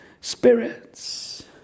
spirits